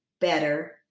better